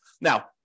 Now